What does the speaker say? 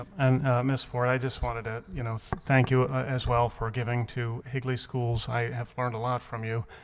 and miss ford i just wanted to you know. thank you as well for giving to higly schools i have learned a lot from you,